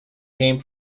came